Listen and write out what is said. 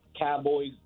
Cowboys